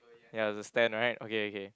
ya it's a stand right okay okay